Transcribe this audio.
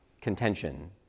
contention